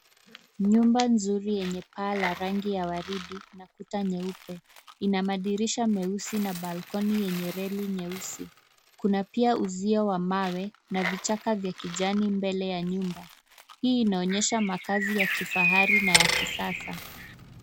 Nyumba nzuri yenye paa la rangi ya waridi na kuta nyeupe ina madirisha meusi na balkoni yenye reli nyeusi. Kuna pia uzio wa mawe na vichaka vya kijani mbele ya nyumba. Hii inaonyesha makazi ya kifahari na ya kisasa.